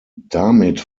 damit